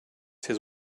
his